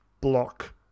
block